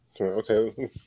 Okay